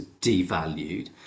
devalued